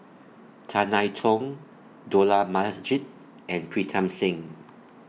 Tan I Tong Dollah Majid and Pritam Singh